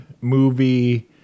movie